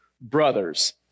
brother's